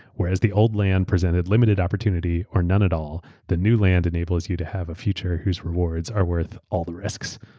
whereas the old land presented limited opportunity or none at all, the new land enables you to have a future whose rewards are worth all the rest.